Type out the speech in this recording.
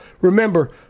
Remember